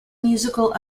musical